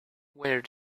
where